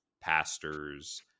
pastors